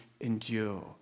endure